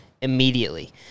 immediately